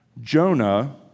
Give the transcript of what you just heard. Jonah